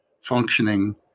functioning